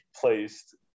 placed